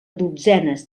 dotzenes